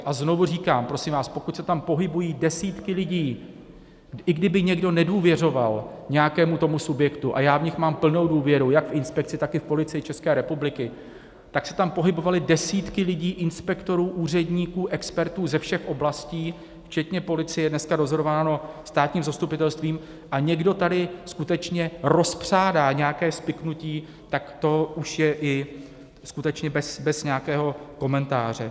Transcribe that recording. A znovu říkám, prosím vás, pokud se tam pohybují desítky lidí, i kdyby někdo nedůvěřoval nějakému tomu subjektu, a já v ně mám plnou důvěru, jak v inspekci, tak i v Policii ČR, tak se tam pohybovaly desítky lidí, inspektorů, úředníků, expertů ze všech oblastí včetně policie, dneska dozorováno státním zastupitelstvím, a někdo tady skutečně rozpřádá nějaké spiknutí, tak to už je i skutečně bez nějakého komentáře.